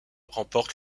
remportent